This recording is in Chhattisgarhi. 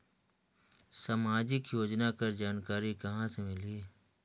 समाजिक योजना कर जानकारी कहाँ से मिलही?